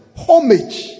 homage